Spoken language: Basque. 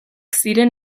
ziren